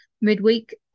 midweek